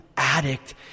addict